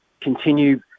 continue